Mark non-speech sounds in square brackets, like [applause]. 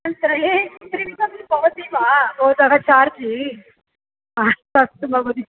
हु तर्हि [unintelligible] भवति वा भवतः चार्ज अस्तु भवति